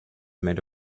made